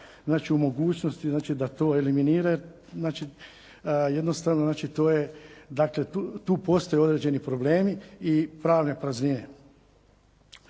u mogućnosti da to eliminira jer jednostavno to je, dakle tu postoje određeni problemi i pravne praznine.